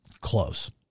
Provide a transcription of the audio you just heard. Close